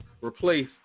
replace